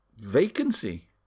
vacancy